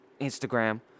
Instagram